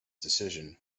decision